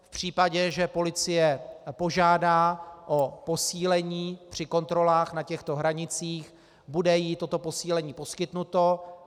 V případě, že policie požádá o posílení při kontrolách na těchto hranicích, bude jí toto posílení poskytnuto.